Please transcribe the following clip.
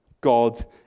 God